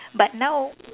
but now